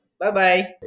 Bye-bye